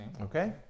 Okay